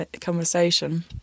conversation